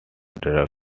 drug